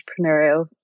entrepreneurial